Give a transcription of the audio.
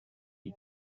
die